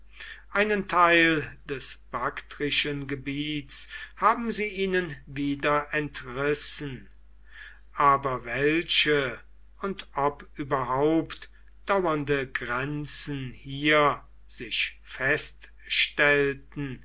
einen teil des baktrischen gebiets haben sie ihnen wieder entrissen aber welche und ob überhaupt dauernde grenzen hier sich feststellten